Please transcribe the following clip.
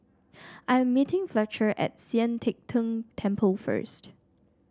I am meeting Fletcher at Sian Teck Tng Temple first